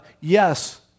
yes